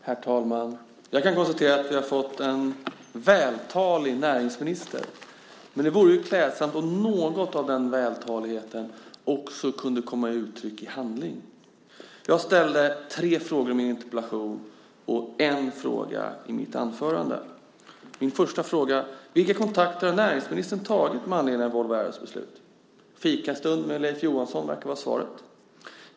Herr talman! Jag kan konstatera att vi har fått en vältalig näringsminister. Men det vore klädsamt om något av den vältaligheten också kunde komma till uttryck i handling. Jag ställde tre frågor i min interpellation och en fråga i mitt anförande. Vilka kontakter har näringsministern tagit med anledning av Volvo Aeros beslut? En fikastund med Leif Johansson verkar vara svaret.